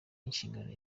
inshingano